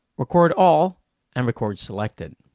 record all and record selected.